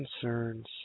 concerns